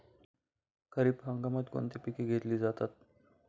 खरीप हंगामात कोणती पिके घेतली जातात?